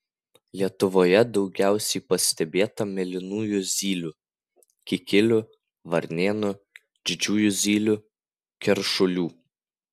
lietuvoje daugiausiai pastebėta mėlynųjų zylių kikilių varnėnų didžiųjų zylių keršulių